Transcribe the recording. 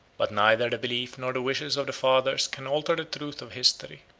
but neither the belief nor the wishes of the fathers can alter the truth of history.